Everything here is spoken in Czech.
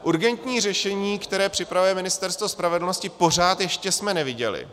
Urgentní řešení, které připravuje Ministerstvo spravedlnosti, pořád ještě jsme neviděli.